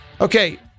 Okay